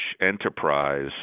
enterprise